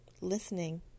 listening